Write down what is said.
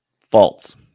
False